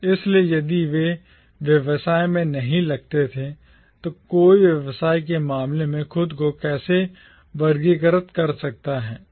इसलिए यदि वे व्यवसाय में नहीं लगे थे तो कोई व्यवसाय के मामले में खुद को कैसे वर्गीकृत कर सकता है